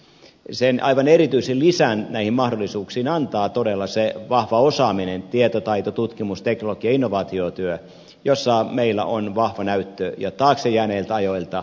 sen aivan erityisen lisän näihin mahdollisuuksiin antavat todella se vahva osaaminen tietotaito tutkimus teknologia innovaatiotyö joissa meillä on vahva näyttö jo taakse jääneiltä ajoilta